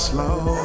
Slow